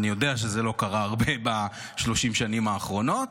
אני יודע שזה לא קרה הרבה ב-30 השנים האחרונות,